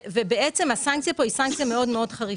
בעצם הסנקציה כאן היא סנקציה מאוד מאוד חריפה.